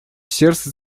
сердце